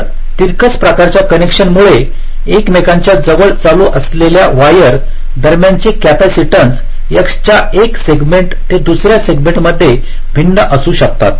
तर तिरकस प्रकारच्या कनेक्शनमुळे एकमेकांच्या जवळ चालू असलेल्या वायर दरम्यानचे कॅपेसिटन्स X च्या 1 सेगमेंट ते दुसर्या सेगमेंट मध्ये भिन्न असू शकतात